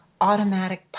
automatic